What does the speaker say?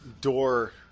door